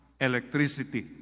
Electricity